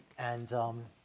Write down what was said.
and, um,